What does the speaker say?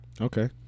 Okay